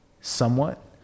somewhat